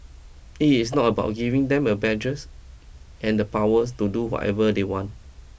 it is not about giving them a badges and the powers to do whatever they want